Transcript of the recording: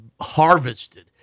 harvested